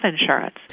insurance